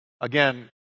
again